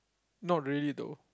not really though